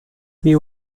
wie